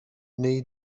wnei